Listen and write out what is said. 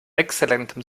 exzellentem